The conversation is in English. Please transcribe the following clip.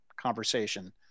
conversation